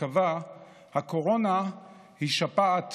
שקבע שהקורונה היא שפעת